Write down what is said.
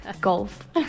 Golf